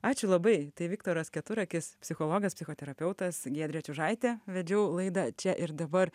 ačiū labai tai viktoras keturakis psichologas psichoterapeutas giedrė čiužaitė vedžiau laidą čia ir dabar